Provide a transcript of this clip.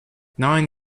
nine